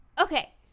Okay